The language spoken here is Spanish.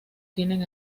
tienen